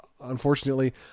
Unfortunately